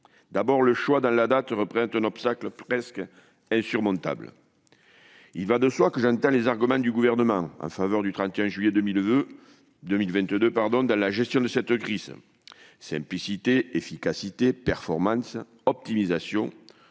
D'abord, le choix de la date représente un obstacle presque insurmontable. Il va de soi que j'entends les arguments du Gouvernement en faveur du 31 juillet 2022 dans la gestion de cette crise : simplicité, efficacité, performance, optimisation.